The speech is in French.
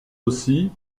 aussi